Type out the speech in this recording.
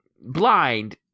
blind